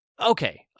Okay